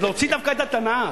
אז להוציא דווקא את התנ"ך?